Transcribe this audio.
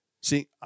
See